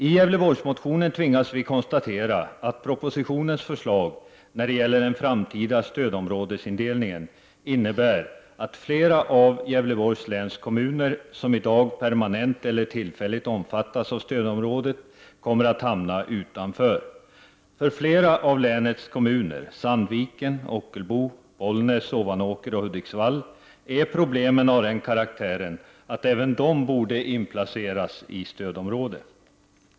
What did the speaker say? I Gävleborgsmotionen tvingas vi konstatera att propositionens förslag, när det gäller den framtida stödsområdesindelningen, innebär att flera av Gävleborgs läns kommuner, som i dag permanent eller tillfälligt omfattas av stödområdet, kommer att hamna utanför. För flera av länets kommuner — Sandviken, Ockelbo, Bollnäs, Ovanåker och Hudiksvall — är problemen av den karaktären att även de borde inplaceras i stödområdet.